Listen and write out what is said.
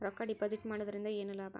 ರೊಕ್ಕ ಡಿಪಾಸಿಟ್ ಮಾಡುವುದರಿಂದ ಏನ್ ಲಾಭ?